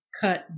cut